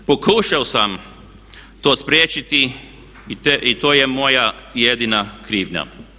Pokušao sam to spriječiti i to je moja jedina krivnja.